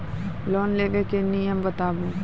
Loan लेबे के नियम बताबू?